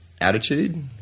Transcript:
attitude